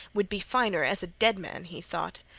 would be finer as a dead man, he thought.